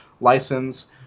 license